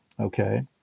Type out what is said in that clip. Okay